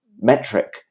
metric